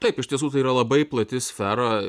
taip iš tiesų tai yra labai plati sfera